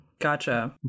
Gotcha